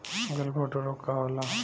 गलघोंटु रोग का होला?